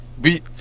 We-